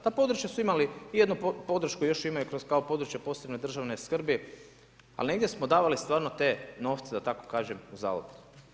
Ta područja su imali i jednu podršku, još imaju kao područja posebne državne skrbi, ali negdje smo davali stvarno te novce, da tako kažem, za aute.